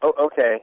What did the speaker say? Okay